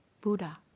Buddha